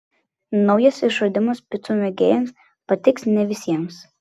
naujas išradimas picų mėgėjams patiks ne visiems